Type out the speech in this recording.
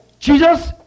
Jesus